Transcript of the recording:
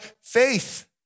faith